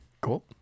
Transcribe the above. Cool